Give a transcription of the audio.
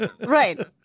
Right